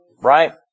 right